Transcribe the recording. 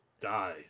Die